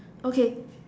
okay